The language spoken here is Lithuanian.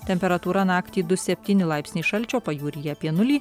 temperatūra naktį du septyni laipsniai šalčio pajūryje apie nulį